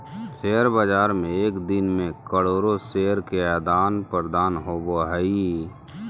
share बाज़ार में एक दिन मे करोड़ो शेयर के आदान प्रदान होबो हइ